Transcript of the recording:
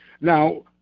Now